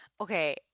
Okay